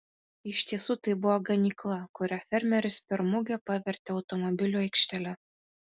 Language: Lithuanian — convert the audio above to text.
iš tiesų tai buvo ganykla kurią fermeris per mugę pavertė automobilių aikštele